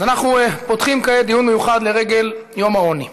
הצעות לסדר-היום מס'